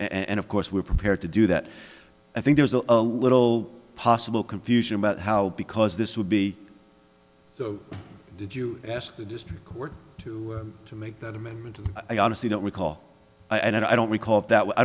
and of course we're prepared to do that i think there's a little possible confusion about how because this would be did you ask the district court to make that amendment i honestly don't recall and i don't recall if that